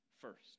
first